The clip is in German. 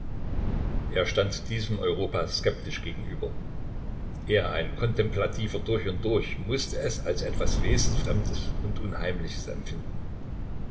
er stand diesem europa skeptisch gegenüber er ein kontemplativer durch und durch mußte es als etwas wesensfremdes und unheimliches empfinden